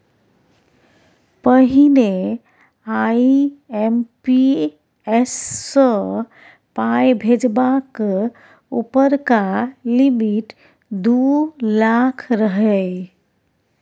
पहिने आइ.एम.पी.एस सँ पाइ भेजबाक उपरका लिमिट दु लाख रहय